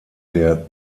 der